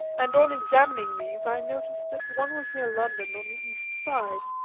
and on examining these i noticed that one was near london on the east side,